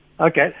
Okay